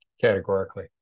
categorically